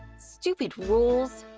stupid rules.